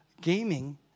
gaming